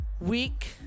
Week